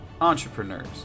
entrepreneurs